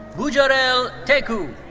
bujorel tecu.